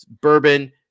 bourbon